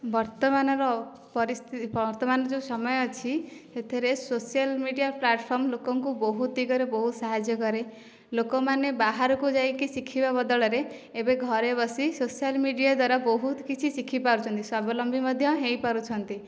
ବର୍ତ୍ତମାନର ପରିସ୍ଥିତି ବର୍ତ୍ତମାନର ଯେଉଁ ସମୟ ଅଛି ସେଥିରେ ସୋସିଆଲ ମିଡ଼ିଆ ପ୍ଲାଟଫର୍ମ ଲୋକଙ୍କୁ ବହୁତ ଦିଗରେ ବହୁତ ସାହାଯ୍ୟ କରେ ଲୋକମାନେ ବାହାରକୁ ଯାଇକି ଶିଖିବା ବଦଳରେ ଏବେ ଘରେ ବସି ସୋସିଆଲ ମିଡ଼ିଆ ଦ୍ୱାରା ବହୁତ କିଛି ଶିଖିପାରୁଛନ୍ତି ସ୍ୱାବଲମ୍ବୀ ମଧ୍ୟ ହୋଇପାରୁଛନ୍ତି